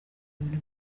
ibintu